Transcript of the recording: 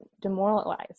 demoralized